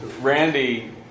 Randy